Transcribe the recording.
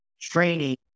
training